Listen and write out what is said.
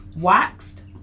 waxed